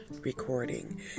recording